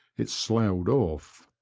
it sloughed off.